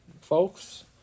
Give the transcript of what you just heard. folks